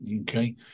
okay